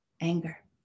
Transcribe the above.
anger